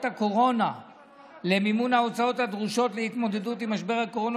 הקורונה למימון ההוצאות הדרושות להתמודדות עם משבר הקורונה